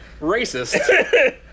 racist